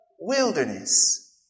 wilderness